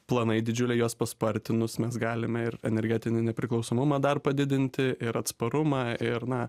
planai didžiuliai juos paspartinus mes galime ir energetinį nepriklausomumą dar padidinti ir atsparumą ir na